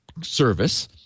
service